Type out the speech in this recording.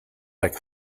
like